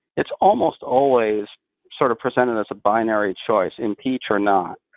it's almost always sort of presented as a binary choice impeach or not.